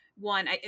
one